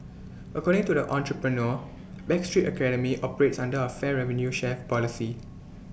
according to the entrepreneur backstreet academy operates under A fair revenue share policy